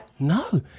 No